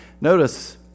Notice